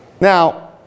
Now